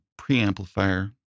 preamplifier